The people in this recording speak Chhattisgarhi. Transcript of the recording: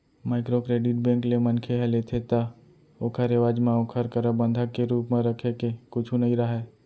माइक्रो क्रेडिट बेंक ले मनखे ह लेथे ता ओखर एवज म ओखर करा बंधक के रुप म रखे के कुछु नइ राहय